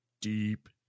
deep